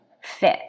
fit